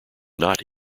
not